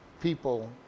people